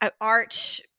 art